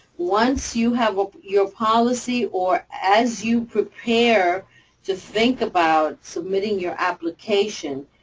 once you have your policy, or as you prepare to think about submitting your application,